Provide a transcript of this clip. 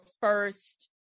first